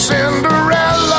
Cinderella